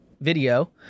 video